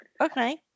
Okay